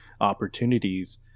opportunities